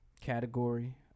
category